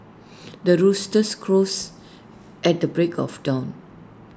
the roosters crows at the break of dawn